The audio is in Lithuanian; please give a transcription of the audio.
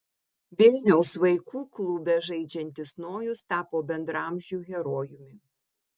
vilniaus vaikų klube žaidžiantis nojus tapo bendraamžių herojumi